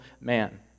man